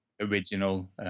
original